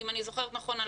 אם אני זוכרת נכון,